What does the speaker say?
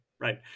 right